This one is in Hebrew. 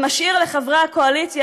ומשאיר לחברי הקואליציה,